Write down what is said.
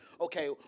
okay